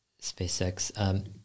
SpaceX